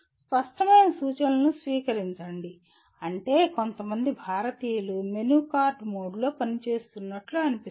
స్పష్టమైన సూచనలను స్వీకరించండి అంటే కొంతమంది భారతీయులు మెనూ కార్డ్ మోడ్లో పనిచేస్తున్నట్లు అనిపిస్తుంది